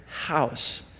house